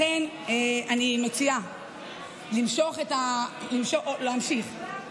לכן, אני מציעה למשוך, אוקיי?